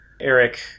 Eric